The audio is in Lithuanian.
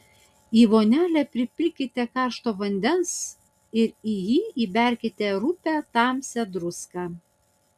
į vonelę pripilkite karšto vandens ir į jį įberkite rupią tamsią druską